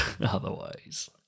otherwise